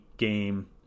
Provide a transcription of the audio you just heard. game